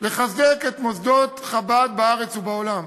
לחזק את מוסדות חב"ד בארץ ובעולם.